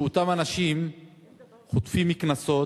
ואותם אנשים חוטפים קנסות,